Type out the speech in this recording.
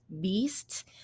beasts